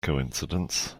coincidence